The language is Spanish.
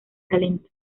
talento